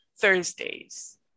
Thursdays